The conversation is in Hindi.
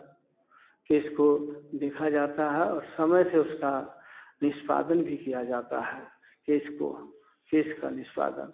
केस को देखा जाता है और समय से उसका निष्पादन भी किया जाता है केस को केस का निष्पादन